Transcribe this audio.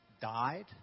died